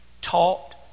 taught